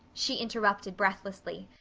she interrupted breathlessly,